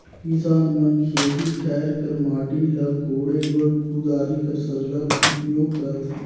किसान मन खेत खाएर कर माटी ल कोड़े बर कुदारी कर सरलग उपियोग करथे